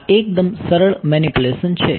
આ એકદમ સરળ મેનીપ્યુલેશન છે